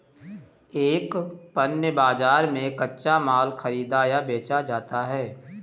एक पण्य बाजार में कच्चा माल खरीदा या बेचा जाता है